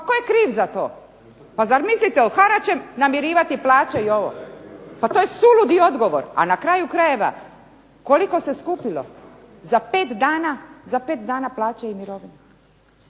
Pa tko je kriv za to? Pa zar mislite od harača namirivati plaće i ovo. Pa to je suludi odgovor. A na kraju krajeva koliko se skupilo? Za 5 dana plaće i mirovine.